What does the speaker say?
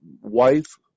wife